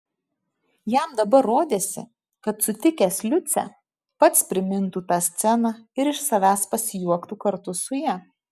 jam dabar rodėsi kad sutikęs liucę pats primintų tą sceną ir iš savęs pasijuoktų kartu su ja